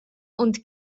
und